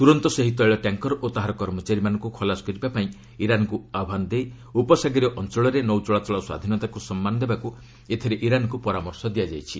ତୁରନ୍ତ ସେହି ତୈଳ ଟ୍ୟାଙ୍କର ଓ ତାହାର କର୍ମଚାରୀମାନଙ୍କୁ ଖଲାସ କରିବା ପାଇଁ ଇରାନ୍କୁ ଆହ୍ୱାନ ଜଣାଇ ଉପସାଗରୀୟ ଅଞ୍ଚଳରେ ନୌଚଳାଚଳ ସ୍ୱାଧୀନତାକୁ ସମ୍ମାନ ଦେବାକୁ ଏଥିରେ ଇରାନ୍କୁ ପରାମର୍ଶ ଦିଆଯାଇଛି